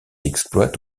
exploite